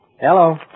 Hello